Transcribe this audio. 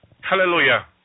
Hallelujah